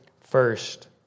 first